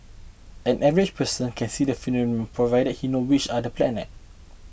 an average person can see the phenom provided he knows which are the planets